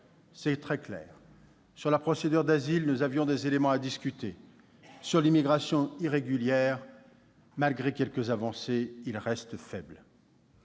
c'est très clair ; sur la procédure d'asile, nous avions des éléments à discuter ; sur l'immigration irrégulière, il reste, malgré quelques avancées, faible.